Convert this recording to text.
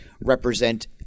represent